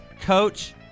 Coach